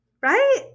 right